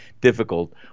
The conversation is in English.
difficult